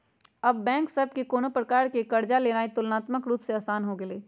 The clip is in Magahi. अब बैंक सभ से कोनो प्रकार कें कर्जा लेनाइ तुलनात्मक रूप से असान हो गेलइ